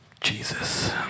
Jesus